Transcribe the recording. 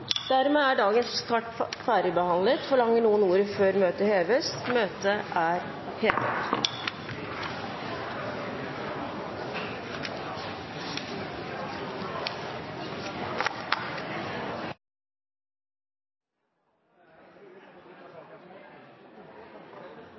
Dermed er dagens kart ferdigbehandlet. Forlanger noen ordet før møtet heves? – Møtet er hevet.